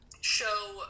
show